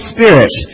Spirit